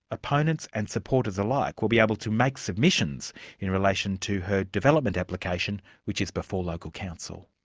opponents and supporters alike will be able to make submissions in relation to her development application, which is before local council.